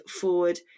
forward